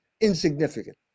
insignificant